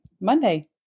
Monday